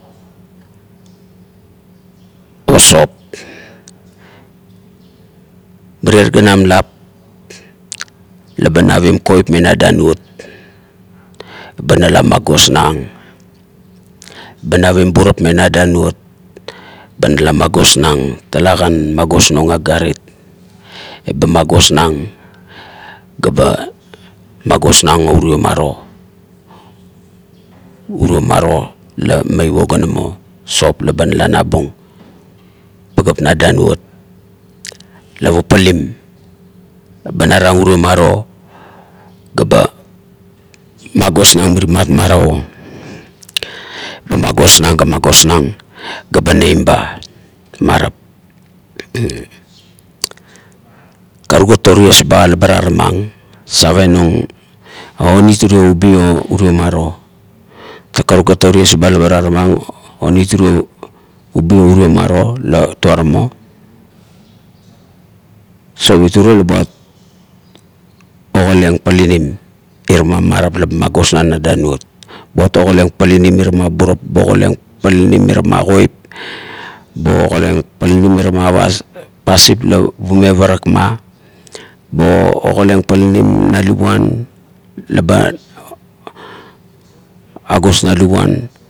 O sop, mirie ganam lop labe naving koip mena danuot, ba nala magosnang, ba novim burap mena danuot eba nala magosnang talakan magosnang agarit. Eba magosnang ga ba magosnang o urio maro uro mario ga meivo ga namo sop gaba nala nabum pagap na danuot la papalim eba naram uro maro ga ba magosnang miritmat marap o, ba magosnang ga magosnang ga ba nei ba marap. Karuk ga o ties ba la ba taramang, savenang ounit urio ubi o urio maro ga karuk gat o ties ba ie ba taramong onit urio ubi o urio maro la tuaramo. Sop it urie la buat ogalaieng palalim irama marap la ba magosnang na danuot. Buat ogalaieng palinim irama burap bo galaieng palinim irama koip bo agalaieng palinim irama pasip la bume parak ma, bo agalaieng palinim na luguan laba agosnang luguan